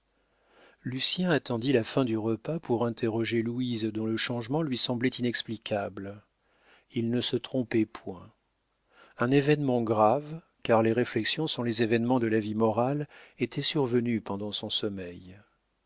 lucien attendit la fin du repas pour interroger louise dont le changement lui semblait inexplicable il ne se trompait point un événement grave car les réflexions sont les événements de la vie morale était survenu pendant son sommeil